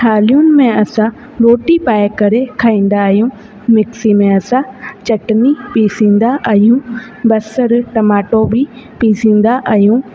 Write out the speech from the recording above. थालियुनि में असां रोटी पाए करे खाईंदा आहियूं मिक्सी में असां चटनी पीसींदा आहियूं बसर टमाटो बि पीसींदा आहियूं